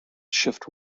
shift